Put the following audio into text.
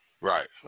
Right